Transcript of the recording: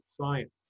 science